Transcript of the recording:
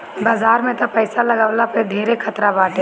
बाजार में तअ पईसा लगवला पअ धेरे खतरा बाटे